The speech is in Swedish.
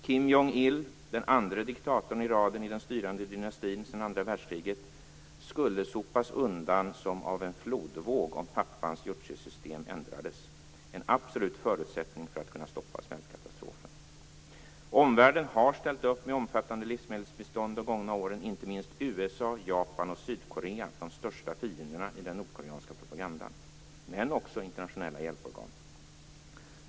Kim Jong-Il, den andre diktatorn i den styrande dynastin sedan andra världskriget, skulle sopas undan som av en flodvåg om pappans Juchesystem ändrades - en absolut förutsättning för att kunna stoppa svältkatastrofen. Omvärlden har ställt upp med omfattande livsmedelsbistånd under de gångna åren, inte minst USA, Japan och Sydkorea - de största fienderna i den nordkoreanska propagandan - men också de internationella hjälporganen.